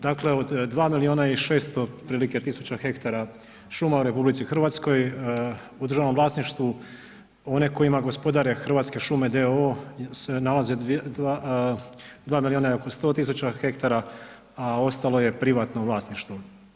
Dakle od 2 milijuna i 600 otprilike tisuća hektara puma u RH u državnom vlasništvu one koje ima gospodare Hrvatske šume d.o.o. se nalaze 2 milijuna i oko 100 000 hektara a ostalo je privatno vlasništvo.